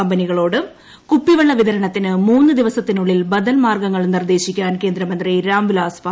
കമ്പനികളോട് കുപ്പിവെള്ള വിതരണത്തിന് മൂന്ന് ദിവസത്തിനുള്ളിൽ ബദൽ മാർഗ്ഗങ്ങൾ നിർദ്ദേശിക്കാൻ കേന്ദ്രമന്ത്രി രാംവിലാസ് പാസ്വാൻ